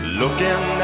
looking